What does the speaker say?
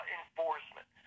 enforcement